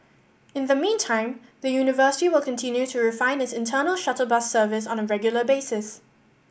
in the meantime the university will continue to refine its internal shuttle bus service on a regular basis